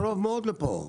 זה קרוב מאוד לפה.